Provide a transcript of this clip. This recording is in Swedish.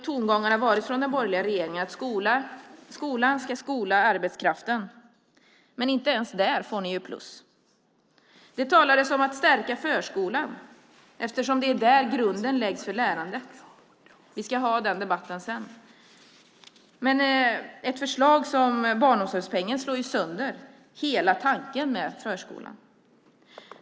Tongångarna från den borgerliga regeringen har ju lite varit att skolan ska skola arbetskraften, men inte ens där får ni plus. Det talades om att stärka förskolan eftersom det är där grunden läggs för lärandet. Vi ska ha debatt om det senare, men förslaget om barnomsorgspeng slår ju sönder hela tanken med förskolan.